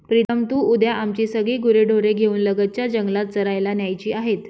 प्रीतम तू उद्या आमची सगळी गुरेढोरे घेऊन लगतच्या जंगलात चरायला न्यायची आहेत